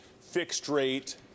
fixed-rate